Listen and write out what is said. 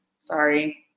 Sorry